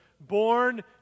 born